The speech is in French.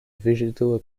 végétaux